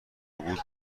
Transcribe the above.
بود